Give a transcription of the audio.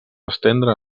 estendre